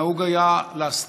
נהוג היה להסתיר